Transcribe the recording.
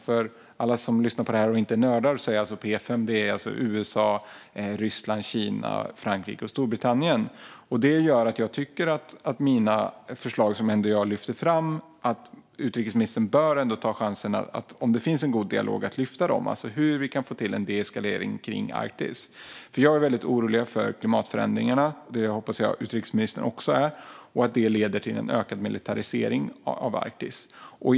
För alla som lyssnar på detta och inte är nördar kan jag berätta att P5 alltså är USA, Ryssland, Kina, Frankrike och Storbritannien. Om det nu finns en god dialog tycker jag att utrikesministern bör ta chansen att lyfta de förslag jag tar upp. Hur kan vi få till en deeskalering kring Arktis? Jag är nämligen orolig över klimatförändringarna, vilket jag hoppas att utrikesministern också är, och att de leder till en ökad militarisering av Arktis.